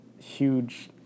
huge